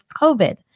COVID